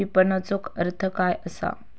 विपणनचो अर्थ काय असा?